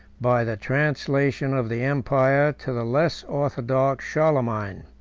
by the translation of the empire to the less orthodox charlemagne.